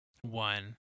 one